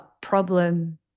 problem